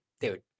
dude